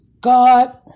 God